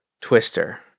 twister